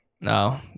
No